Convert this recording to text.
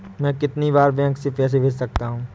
मैं कितनी बार बैंक से पैसे भेज सकता हूँ?